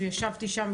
וישבתי שם,